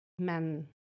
men